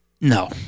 No